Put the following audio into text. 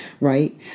right